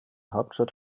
hauptstadt